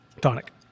Tonic